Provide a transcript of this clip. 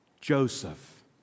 Joseph